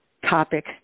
topic